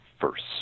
first